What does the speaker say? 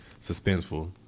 suspenseful